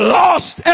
lost